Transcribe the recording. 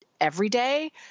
everyday